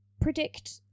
predict